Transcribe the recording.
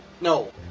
no